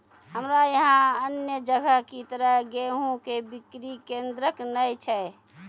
हमरा यहाँ अन्य जगह की तरह गेहूँ के बिक्री केन्द्रऽक नैय छैय?